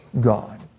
God